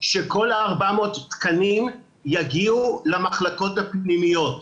שכל ה-400 תקנים יגיעו למחלקות הפנימיות.